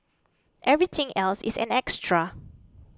everything else is an extra